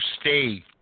stay